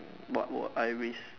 what will I risk